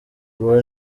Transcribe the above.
uwo